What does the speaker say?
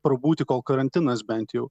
prabūti kol karantinas bent jau